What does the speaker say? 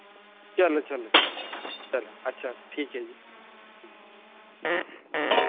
चलो चलो चलो अच्छा ठीक है जी